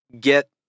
get